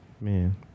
Man